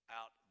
out